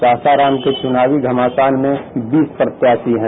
सासाराम के चुनावी घमासान में बीस प्रत्याशी हैं